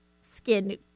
skin